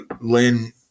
Len